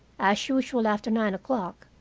as usual after nine o'clock,